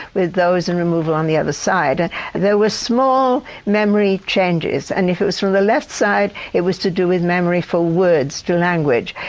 with those in removal on the other side. and there were small memory changes and if it was from the left side it was to do with memory for words, for language.